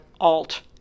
alt